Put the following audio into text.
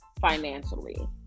Financially